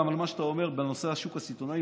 גם על מה שאתה אומר בנושא השוק הסיטונאי,